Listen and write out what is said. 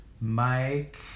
Mike